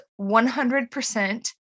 100%